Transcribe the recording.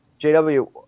JW